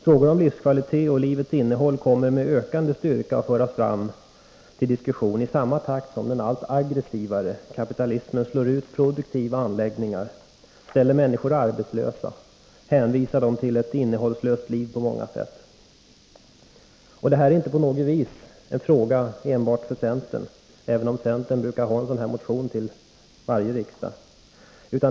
Frågan om livskvalitet och livets innehåll kommer med ökande styrka att föras fram till diskussion i samma takt som den allt aggressivare kapitalismen slår ut produktiva anläggningar, ställer människor arbetslösa och hänvisar dem till ett på många sätt innehållslöst liv. Detta är inte på något vis en fråga för enbart centern, även om centern till varje riksdag brukar lämna in en motion av det här slaget.